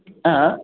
आएँ